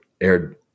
aired –